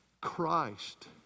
Christ